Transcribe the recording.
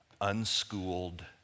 unschooled